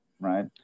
right